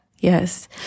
Yes